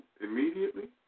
immediately